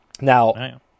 Now